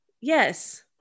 yes